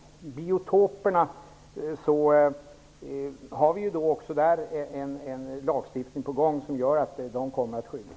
Vi har en lagstiftning på gång om att biotoperna kommer att skyddas.